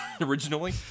originally